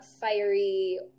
fiery